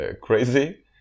crazy